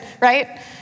right